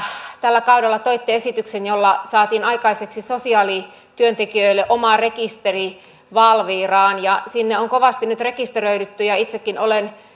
tällä kaudella toitte esityksen jolla saatiin aikaiseksi sosiaalityöntekijöille oma rekisteri valviraan sinne on kovasti nyt rekisteröidytty ja itsekin olen